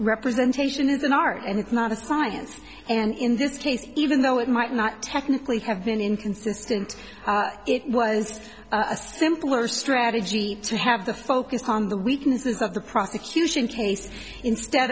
representation is an art and it's not a science and in this case even though it might not technically have been inconsistent it was a simpler strategy to have the focus on the weaknesses of the prosecution case instead